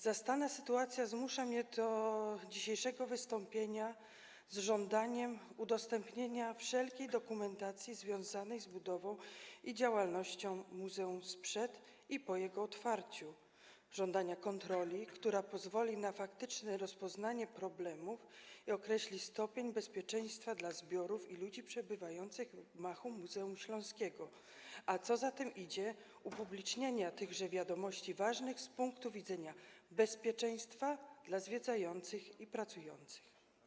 Zastana sytuacja zmusza mnie do dzisiejszego wystąpienia z żądaniem udostępnienia wszelkiej dokumentacji związanej z budową i działalnością muzeum sprzed jego otwarcia i po jego otwarciu, żądaniem kontroli, która pozwoli na faktyczne rozpoznanie problemów i określenie stopnia bezpieczeństwa zbiorów i ludzi przebywających w gmachu Muzeum Śląskiego, a co za tym idzie upublicznienie tychże wiadomości ważnych z punktu widzenia bezpieczeństwa zwiedzających i pracujących.